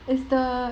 is the